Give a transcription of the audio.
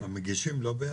המגישים לא בעד?